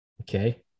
Okay